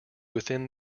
within